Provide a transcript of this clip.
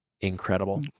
Incredible